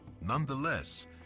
Nonetheless